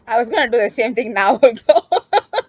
I was going to do the same thing now also